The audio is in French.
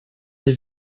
est